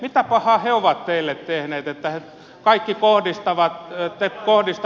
mitä pahaa he ovat teille tehneet että te kohdistatte nämä näihin